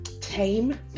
tame